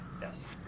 Yes